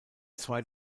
zwei